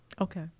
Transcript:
Okay